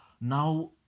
now